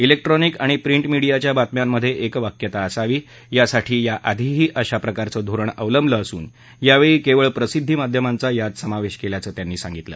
electronic आणि print मिडियाच्या बातम्यांमध्ये एक वाक्यता असावी यासाठी याआधीही अशा प्रकारचं धोरण अवलंबलं असून यावेळी केवळ प्रसिद्दीमाध्यमांचा यात समावेश केल्याचं त्यांनी सांगितलं